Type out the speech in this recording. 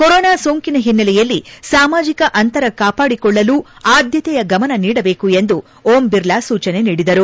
corona ಸೋಂಕಿನ ಹಿನ್ನಲೆಯಲ್ಲಿ ಸಾಮಾಜಿಕ ಅಂತರ ಕಾಪಾಡಿಕೊಳ್ಳಲು ಆದ್ಲತೆಯ ಗಮನ ನೀಡಬೇಕು ಎಂದು ಓಂ ಬಿರ್ಲಾ ಸೂಚನೆ ನೀಡಿದರು